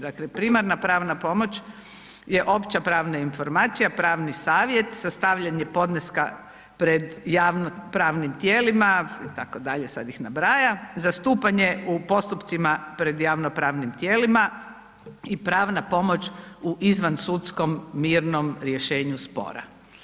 Dakle, primarna pravna pomoć je opća pravna informacija, pravni savjet, sastavljanje podneska pred javnopravnim tijelima itd. sada ih nabraja, zastupanje u postupcima pred javnopravnim tijelima i pravna pomoć u izvansudskom mirnom rješenju spora.